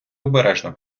обережно